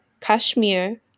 Kashmir